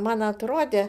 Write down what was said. man atrodė